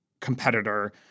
competitor